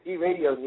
E-Radio